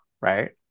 right